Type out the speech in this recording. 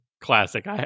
Classic